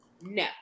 no